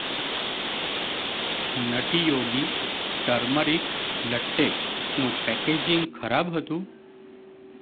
નટી Yogi turmeric લટ્ટેનું packaging ખરાબ હતું